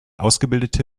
ausgebildete